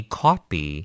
copy